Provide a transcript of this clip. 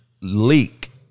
leak